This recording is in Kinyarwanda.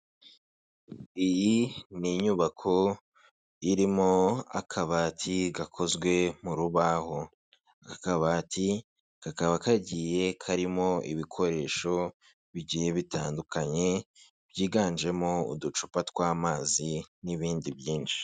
Iyi ni inyubako irimo akabati gakozwe mu rubaho, akabati kakaba kagiye karimo ibikoresho bigiye bitandukanye, byiganjemo uducupa tw'amazi n'ibindi byinshi.